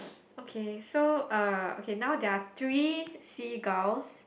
okay so uh okay now there are three seagulls